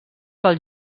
pels